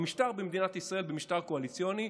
במשטר במדינת ישראל, במשטר קואליציוני,